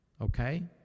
okay